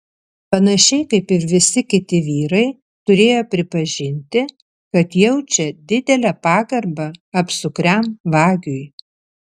panašiai kaip ir visi kiti vyrai turėjo pripažinti kad jaučia didelę pagarbą apsukriam vagiui